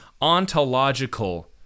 ontological